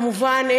כמובן,